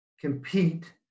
compete